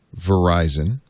Verizon